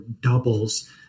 doubles